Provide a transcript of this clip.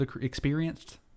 experienced